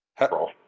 april